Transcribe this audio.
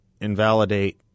invalidate